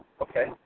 okay